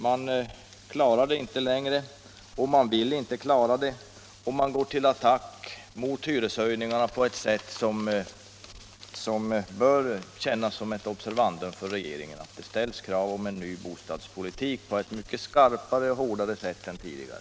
Man klarar det inte längre och man går till attack mot hyreshöjningarna på ett sätt som bör kännas som ett observandum för regeringen. Det ställs krav på en ny bostadspolitik på ett mycket skarpare och hårdare sätt än tidigare.